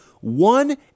one